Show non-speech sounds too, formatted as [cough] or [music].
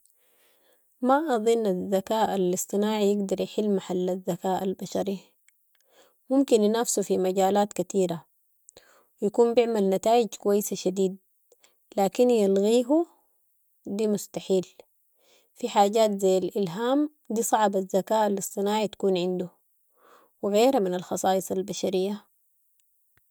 ما اظن الذكاء الاصطناعي يقدر يحل محل الذكاء البشري، ممكن ينافسو في مجالات كتيرة، يكون بعمل نتايج كويسة شديد، لكن يلغيهو دي مستحيل، في حاجات زي الالهام، دي صعب الذكاء الاصطناعي تكون عندو [noise] و غيرها من الخصاص البشرية.